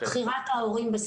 בחירת ההורים.